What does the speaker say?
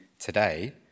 Today